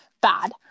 bad